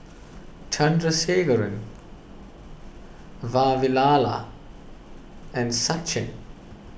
Chandrasekaran Vavilala and Sachin